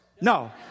No